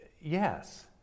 yes